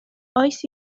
oes